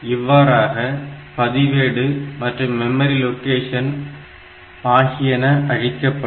இவ்வாறாக பதிவேடு மற்றும் மெமரி லொகேஷன் ஆகியன அழிக்கப்படும்